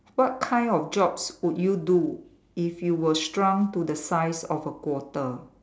what kind of jobs would you do if you were shrunk to the size of a quarter